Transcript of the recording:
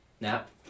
Nap